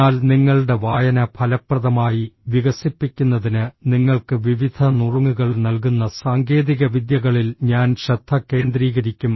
എന്നാൽ നിങ്ങളുടെ വായന ഫലപ്രദമായി വികസിപ്പിക്കുന്നതിന് നിങ്ങൾക്ക് വിവിധ നുറുങ്ങുകൾ നൽകുന്ന സാങ്കേതികവിദ്യകളിൽ ഞാൻ ശ്രദ്ധ കേന്ദ്രീകരിക്കും